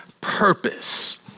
purpose